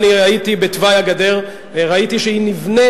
הייתי בתוואי הגדר, ראיתי שהיא נבנית.